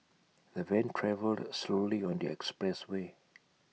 the van travelled slowly on the expressway